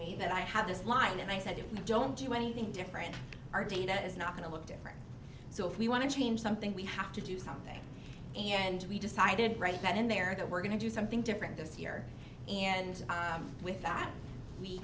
me that i have this line and i said if we don't do anything different our data is not going to look different so if we want to change something we have to do something and we decided right then and there that we're going to do something different this year and with that